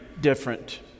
different